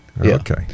Okay